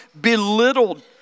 belittled